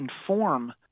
inform